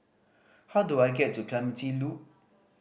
how do I get to Clementi Loop